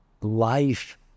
life